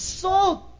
salt